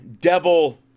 devil